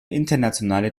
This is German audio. internationale